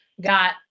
got